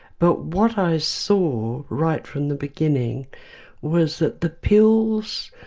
but what i saw right from the beginning was that the pills,